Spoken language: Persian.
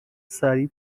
سریع